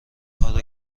کارو